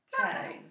time